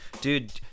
Dude